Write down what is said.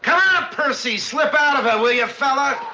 kind of um percy! slip out of it, will you, fella?